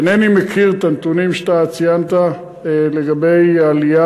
אינני מכיר את הנתונים שאתה ציינת לגבי העלייה